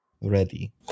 ready